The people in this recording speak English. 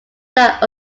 that